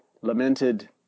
lamented